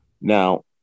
Now